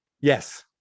Yes